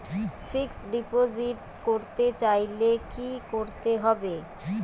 Fixed deposit করতে চাইলে কি করতে হবে?